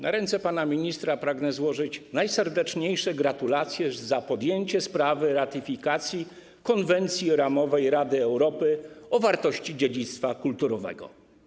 Na ręce pana ministra pragnę złożyć najserdeczniejsze gratulacje za podjęcie sprawy ratyfikacji Konwencji ramowej Rady Europy o wartości dziedzictwa kulturowego.